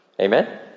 Amen